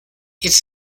its